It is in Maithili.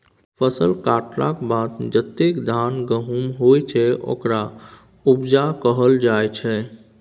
फसल कटलाक बाद जतेक धान गहुम होइ छै ओकरा उपजा कहल जाइ छै